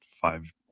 five